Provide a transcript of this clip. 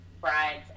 Brides